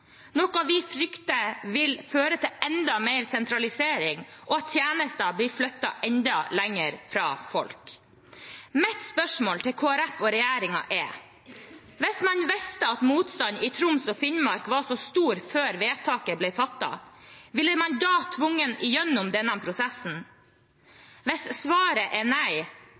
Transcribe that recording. noe vi frykter vil føre til enda mer sentralisering og at tjenester blir flyttet enda lenger fra folk. Mitt spørsmål til Kristelig Folkeparti og regjeringen er: Hvis man visste at motstanden i Troms og Finnmark var så stor før vedtaket ble fattet, ville man da tvunget igjennom denne prosessen? Hvis svaret er nei,